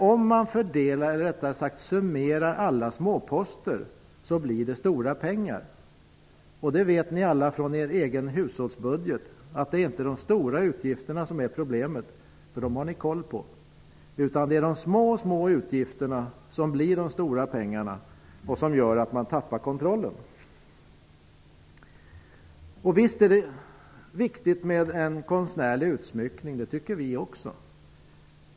Om man räknar ihop alla små poster, blir det mycket pengar. Från er egen hushållsbudget vet ni alla att det inte är de stora utgifterna som är problemet -- dem har man koll på -- utan det är de små, små utgifterna som blir stora pengar och gör att man tappar kontrollen. Visst är det viktigt med en konstnärlig utsmyckning. Det tycker vi också.